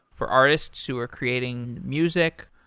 for artists who are creating music.